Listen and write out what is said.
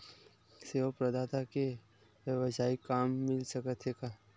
सेवा प्रदाता के वेवसायिक काम मिल सकत हे का?